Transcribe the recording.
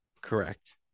Correct